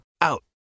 Out